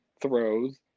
throws